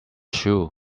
shoe